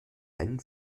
einen